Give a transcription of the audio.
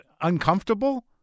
uncomfortable